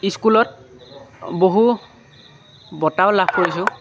স্কুলত বহু বঁটাও লাভ কৰিছোঁ